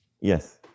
Yes